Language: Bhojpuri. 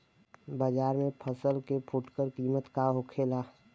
बाजार में फसल के फुटकर कीमत का होखेला?